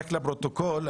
רק לפרוטוקול,